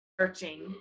searching